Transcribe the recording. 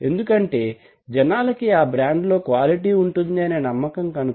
ఎందుకంటే జనాలకి ఆ బ్రాండులో క్వాలిటి ఉంటుంది అనే నమ్మకం కనుక